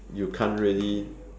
you can't really